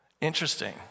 Interesting